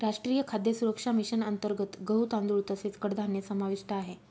राष्ट्रीय खाद्य सुरक्षा मिशन अंतर्गत गहू, तांदूळ तसेच कडधान्य समाविष्ट आहे